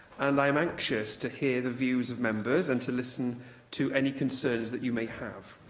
and i'm anxious to hear the views of members and to listen to any concerns that you may have.